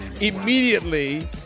Immediately